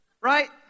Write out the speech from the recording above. Right